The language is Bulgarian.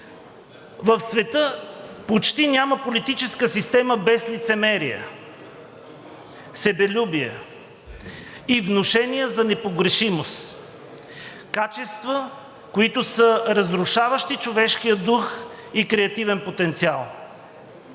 В света почти няма политическа система без лицемерие, себелюбие и внушение за непогрешимост, качества, които са разрушаващи човешкия дух и креативен потенциал.